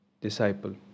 Disciple